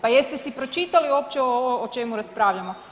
Pa jeste si pročitali uopće ovo o čemu raspravljamo?